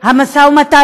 עכשיו